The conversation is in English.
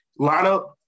lineup